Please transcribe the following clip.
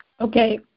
Okay